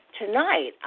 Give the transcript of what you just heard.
tonight